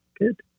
good